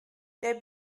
der